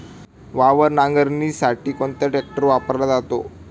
वावर नांगरणीसाठी कोणता ट्रॅक्टर वापरला जातो?